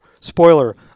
spoiler